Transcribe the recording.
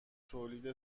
تولید